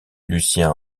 lucien